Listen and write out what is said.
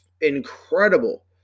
incredible